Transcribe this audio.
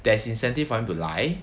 there's incentive for him to lie